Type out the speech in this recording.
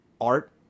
art